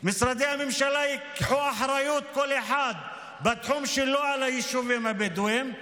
משרדי הממשלה ייקחו אחריות כל אחד בתחום שלו על היישובים הבדואיים,